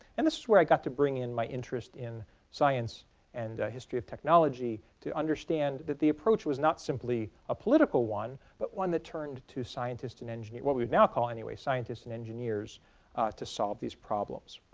and this is where i got to bring in my interest in science and history of technology to understand that the approach was not simply a political one but one that turned to scientists and engineers well, what we'd now call anyway scientists and engineers to solve these problems.